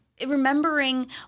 remembering